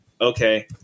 Okay